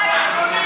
אדוני,